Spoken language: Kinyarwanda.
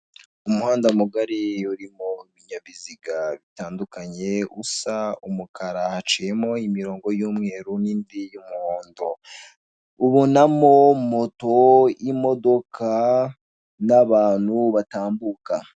Umuhanda mugari urimo ibinyabiziga bitandukanye usa umukara haciyemo imirongo y'umweru n'indi y'umuhondo. Ubonamo moto, imodoka n'abantu batambuka.